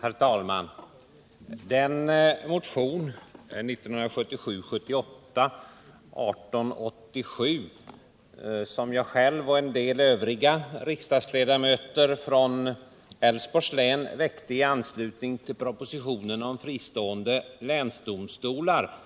Herr talman! I den motion, 1977/78:1887, som jag själv och en del övriga riksdagsledamöter från Älvsborgs län väckte i anslutning till propositionen om fristående länsdomstolar